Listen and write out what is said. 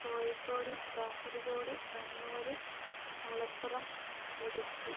Kozhikode Kasaragod Kannur Malappuram Idukki